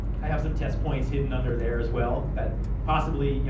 i have some test points hidden under there, as well. that possibly. you